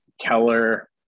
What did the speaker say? Keller